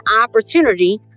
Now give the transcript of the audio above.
opportunity